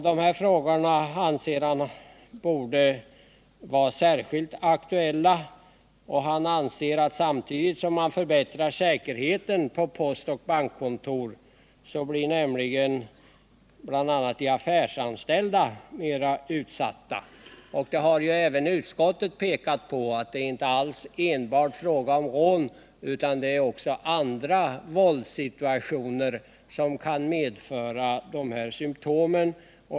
Dessa frågor borde, säger han, vara särskilt aktuella. ”Samtidigt som man förbättrar säkerheten på postoch bankkontor blir nämligen de affärsanställda mera utsatta.” Detta har även utskottet visat på. Det är inte enbart fråga om rån — också andra våldssituationer kan medföra sådana här symptom.